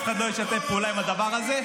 אף אחד לא ישתף פעולה עם הדבר הזה.